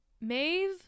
Maeve